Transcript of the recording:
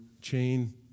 chain